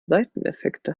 seiteneffekte